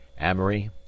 Amory